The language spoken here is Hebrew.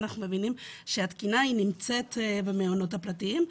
אנחנו מבינים שהתקינה נמצאת במעונות הפרטיים.